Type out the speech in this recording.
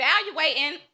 evaluating